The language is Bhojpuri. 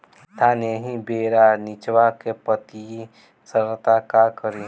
धान एही बेरा निचवा के पतयी सड़ता का करी?